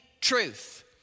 truth